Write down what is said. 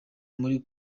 muri